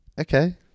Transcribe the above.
okay